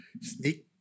sneak